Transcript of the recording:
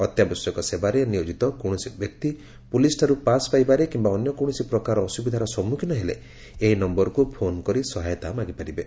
ଅତ୍ୟାବଶ୍ୟକ ସେବାରେ ନିୟୋଜିତ କୌଣସି ବ୍ୟକ୍ତି ପୁଲିସଠାରୁ ପାସ୍ ପାଇବାରେ କିମ୍ବା ଅନ୍ୟ କୌଣସି ପ୍ରକାର ଅସୁବିଧାର ସଞ୍ଜୁଖୀନ ହେଲେ ଏହି ନୟରକୁ ଫୋନ୍ କରି ସହାୟତା ମାଗିପାରିବେ